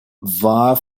war